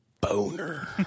boner